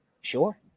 Sure